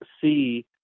see